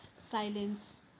silence